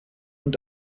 und